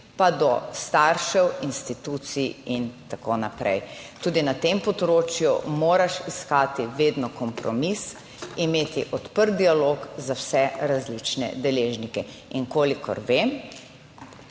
pa do staršev, institucij in tako naprej. Tudi na tem področju moraš iskati vedno kompromis, imeti odprt dialog za vse različne deležnike in kolikor vem,